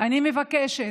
אני מבקשת: